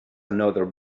another